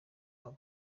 aba